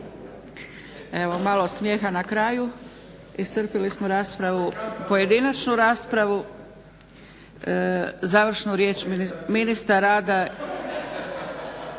Evo, malo smijeha na kraju. Iscrpili smo raspravu, pojedinačnu raspravu. Završnu riječ ministar rada.